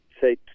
say